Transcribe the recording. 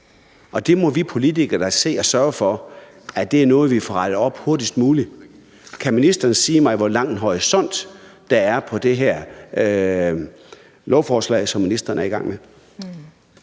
Det må vi politikere da se at sørge for at få rettet op hurtigst muligt. Kan ministeren sige mig, hvor lang en horisont der er på det her lovforslag, som ministeren er i gang med?